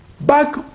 Back